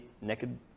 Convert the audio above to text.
naked